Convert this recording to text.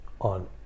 on